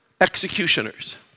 executioners